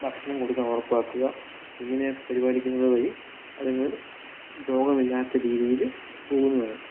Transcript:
ഭക്ഷണം കൊടുക്കാൻ ഉറപ്പാക്കുക ഇങ്ങനെ പരിപാലിക്കുന്നത് വഴി അതുങ്ങൾ രോഗമില്ലാത്ത രീതിയിൽ പോവുന്നതാണ്